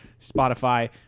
spotify